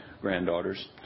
granddaughters